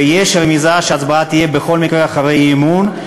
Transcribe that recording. ויש רמיזה שההצבעה תהיה בכל מקרה אחרי האי-אמון,